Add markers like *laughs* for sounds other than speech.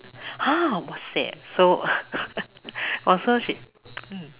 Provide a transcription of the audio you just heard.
!huh! !wahseh! so *laughs* !wah! so she mm